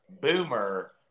Boomer